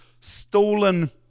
stolen